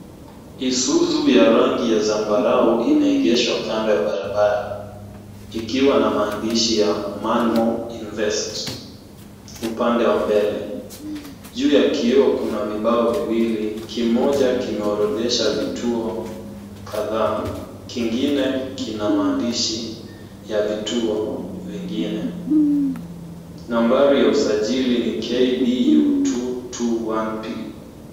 Isuzu ya rangi ya zambarau imeegeshwa kando ya barabara, ikiwa na maandishi ya MANMO INVEST, upande wa mbele. Juu ya kioo kuna vibao viwili, kimoja kimeorodhesha vituo kadhaa, kingine kina maandishi ya vituo vingine. Nambari ya usajili ni KBU 221P .